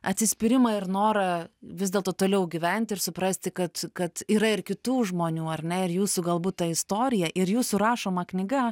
atsispyrimą ir norą vis dėlto toliau gyventi ir suprasti kad kad yra ir kitų žmonių ar ne ir jūsų galbūt ta istorija ir jūsų rašoma knyga